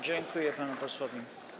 Dziękuję panu posłowi.